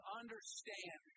understand